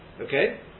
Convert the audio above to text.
Okay